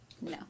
no